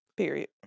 period